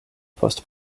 post